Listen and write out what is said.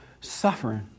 suffering